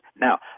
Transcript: Now